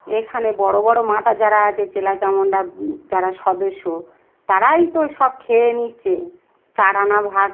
এখানে বড়ো বড়ো মাতা যারা আছে চেলা চামুন্ডা যারা সদস্য তারাই তো সব খেয়ে নিচ্ছে চাার আনা ভাগ